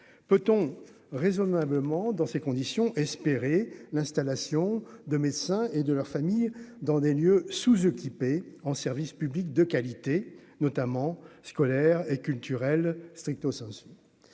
peut-on raisonnablement dans ces conditions, espérer l'installation de médecins et de leurs familles dans des lieux sous-équipée en service de qualité, notamment scolaires et culturels stricto sensu,